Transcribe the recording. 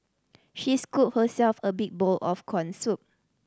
she scooped herself a big bowl of corn soup